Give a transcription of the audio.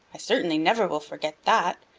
i certainly never will forget that.